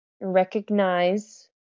recognize